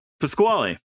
Pasquale